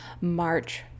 March